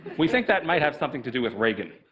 we think that might have something to do with reagan.